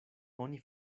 oni